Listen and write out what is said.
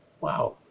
wow